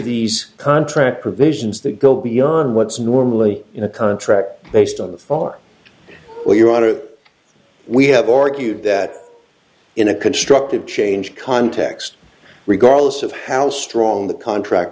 these contract provisions that go beyond what's normally in a contract based on the far well your honor we have argued that in a constructive change context regardless of how strong the contract